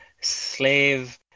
slave